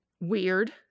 Weird